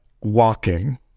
walking